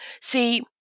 See